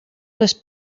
les